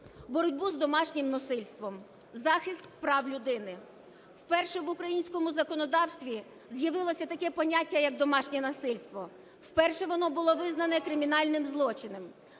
боротьбу з домашнім насильством, захист прав людини. Вперше в українському законодавстві з'явилося таке поняття як "домашнє насильство", вперше воно було визнано кримінальним злочином,